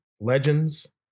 Legends